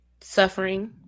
suffering